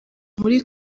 muri